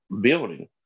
building